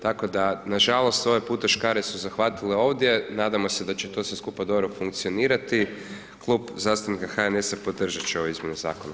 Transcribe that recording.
Tako da, nažalost, ovaj puta škare su zahvatile ovdje, nadamo se da će to sve skupa dobro funkcionirati, klub zastupnika HNS-a podržat će ove izmjene Zakona.